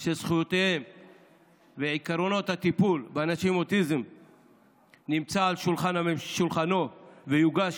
של זכויות לאנשים עם אוטיזם ועקרונות הטיפול בהם נמצאת על שולחנו ותוגש